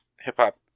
hip-hop